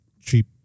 cheap